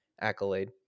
accolade